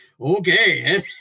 okay